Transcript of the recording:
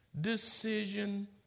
decision